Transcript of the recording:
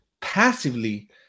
passively